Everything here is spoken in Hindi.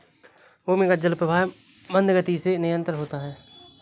भूमिगत जल का प्रवाह मन्द गति से निरन्तर होता है